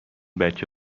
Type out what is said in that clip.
بچه